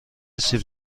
سیب